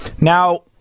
Now